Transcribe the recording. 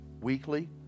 weekly